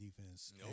defense